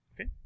Okay